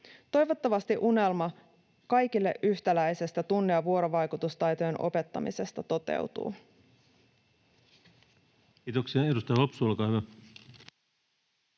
Toivottavasti unelma kaikille yhtäläisestä tunne‑ ja vuorovaikutustaitojen opettamisesta toteutuu.